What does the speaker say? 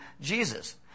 Jesus